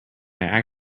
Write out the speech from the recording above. actually